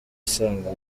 asanga